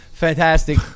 Fantastic